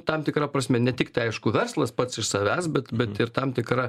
tam tikra prasme ne tik tai aišku verslas pats iš savęs bet bet ir tam tikra